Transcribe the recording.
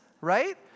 right